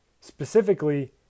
specifically